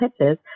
pitches